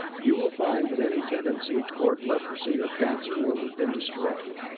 you will find that any tendency toward leprosy or cancer will have been destroyed.